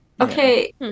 Okay